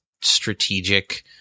strategic